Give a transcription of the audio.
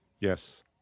Yes